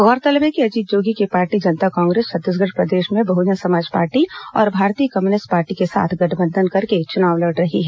गौरतलब है कि अजीत जोगी की पार्टी जनता कांग्रेस छत्तीसगढ़ प्रदेश में बहुजन समाज पार्टी और भारतीय कम्युनिस्ट पार्टी के साथ गठबंधन करके चुनाव लड़ रही है